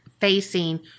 facing